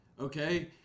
Okay